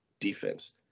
defense